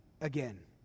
again